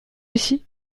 ici